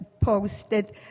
posted